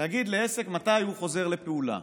להגיד לעסק מתי הוא חוזר לפעולה